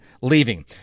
leaving